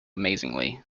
amazingly